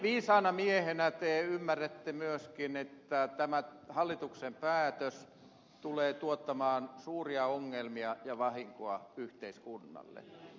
viisaana miehenä te ymmärrätte myöskin että tämä hallituksen päätös tulee tuottamaan suuria ongelmia ja vahinkoa yhteiskunnalle